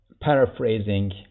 paraphrasing